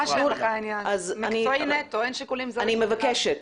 אני מבקשת.